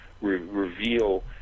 reveal